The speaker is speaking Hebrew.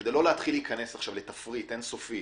וכדי לא להתחיל להיכנס לתפריט אין סופי